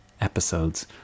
episodes